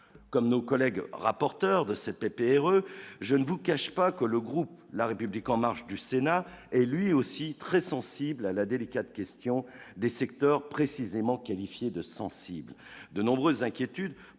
comme nos collègues, rapporteur de cette PPE je ne vous cache pas que le groupe la République en marche du Sénat est lui aussi très sensible à la délicate question des secteurs précisément qualifiés de sensible, de nombreuses inquiétudes